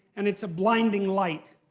and it's a blinding light.